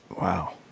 wow